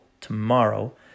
tomorrow